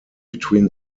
between